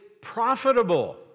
profitable